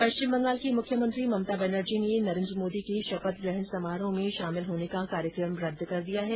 पश्चिम बंगाल की मुख्यमंत्री ममता बैनर्जी ने नरेंद्र मोदी के शपथ ग्रहण समारोह में शामिल होने का कार्यक्रम रद्द कर दिया है